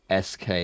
SK